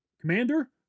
Commander